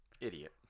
Idiot